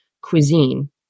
cuisine